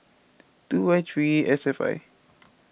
two Y three S F I